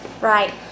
right